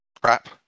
crap